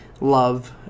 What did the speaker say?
love